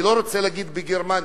אני לא רוצה להגיד בגרמניה,